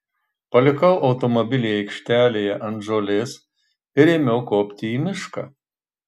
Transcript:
palikau automobilį aikštelėje ant žolės ir ėmiau kopti į mišką